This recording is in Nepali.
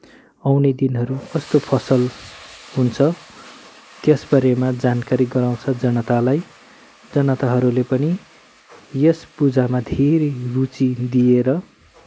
आउने दिनहरू कस्तो फसल हुन्छ त्यसबारेमा जानकारी गराउँछ जनतालाई जनताहरूले पनि यस पूजामा धेरै रुचि दिएर